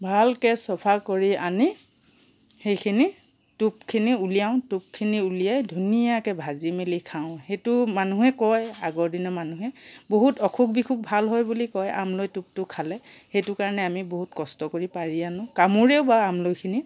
ভালকৈ চফা কৰি আনি সেইখিনি টোপখিনি উলিয়াওঁ টোপখিনি উলিয়াই ধুনীয়াকৈ ভাজি মেলি খাওঁ সেইটো মানুহে কয় আগৰ দিনৰ মানুহে বহুত অসুখ বিসুখ ভাল হয় বুলি কয় আমলৈ টোপটো খালে সেইটো কাৰণে আমি বহুত কষ্ট কৰি পাৰি আনো কামোৰেও বাৰু আমলৈখিনিয়ে